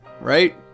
right